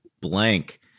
blank